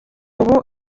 ubu